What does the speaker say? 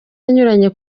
anyuranye